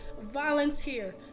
volunteer